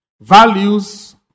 Values